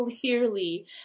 clearly